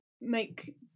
make